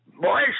boys